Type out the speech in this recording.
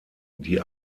die